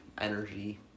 energy